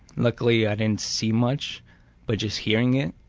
luckily i didn't see much but just hearing it,